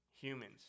Humans